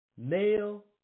male